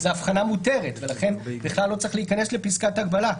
זו הבחנה מותרת ולכן בכלל לא צריך להיכנס לפסקת הגבלה.